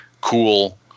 cool